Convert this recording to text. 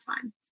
time